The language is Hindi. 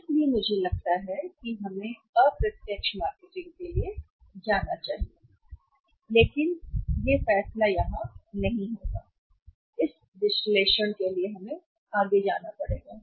इसलिए मुझे लगता है कि हमें अप्रत्यक्ष मार्केटिंग के लिए जाना चाहिए लेकिन फैसला यहां नहीं होगा आगे के विश्लेषण के लिए भी जाना है